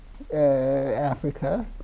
Africa